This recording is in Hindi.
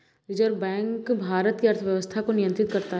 रिज़र्व बैक भारत की अर्थव्यवस्था को नियन्त्रित करता है